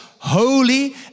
holy